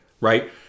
right